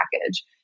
package